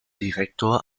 direktor